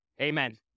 Amen